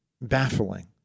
baffling